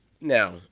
Now